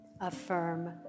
affirm